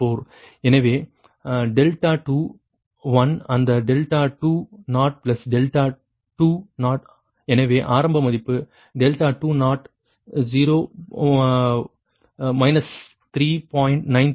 எனவே 2அந்த 2∆2 எனவே ஆரம்ப மதிப்பு 2 0 3